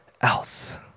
else